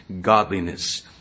godliness